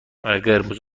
قرمز